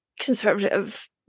conservative